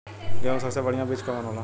गेहूँक सबसे बढ़िया बिज कवन होला?